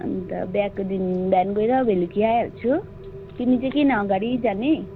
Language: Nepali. अन्त बिहाको दिन बिहान गएर बेलुकी आइहाल्छु तिमी चाहिँ किन अगाडि जाने